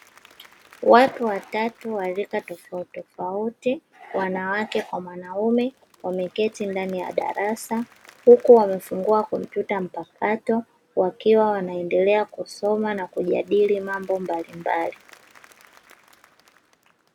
Watu watatu wa rika tofautitofauti; wanawake kwa mwanaume, wameketi ndani ya darasa huku wamefungua kompyuta mpakato, wakiwa wanaendelea kusoma na kujadili mambo mbalimbali.